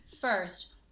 First